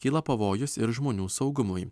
kyla pavojus ir žmonių saugumui